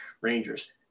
Rangers